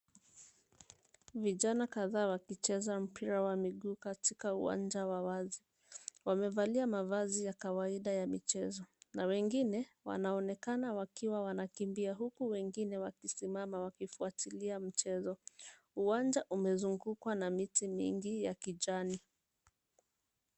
Vijana kadhaa wakicheza mpira wa miguu katika uwanja wa wazi. Wamevalia mavazi ya kawaida ya michezo na wengine wanaonekana wakiwa wanakimbia huku wengine wakisimama wakifuatilia mchezo. Uwanja umezungukwa na miti mingi ya kijani.